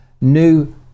new